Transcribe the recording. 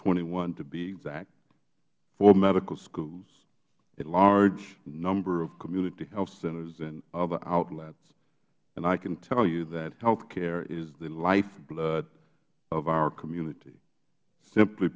twenty one to be exact four medical schools a large number of community health centers and other outlets and i can tell you that health care is the lifeblood of our community simply